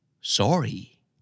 Sorry